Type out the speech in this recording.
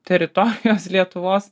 teritorijos lietuvos